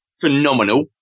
phenomenal